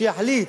שיחליט,